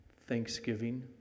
Thanksgiving